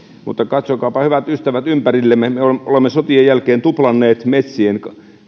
mutta katsokaapa ympärillemme hyvät ystävät me olemme sotien jälkeen tuplanneet metsien